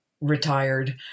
retired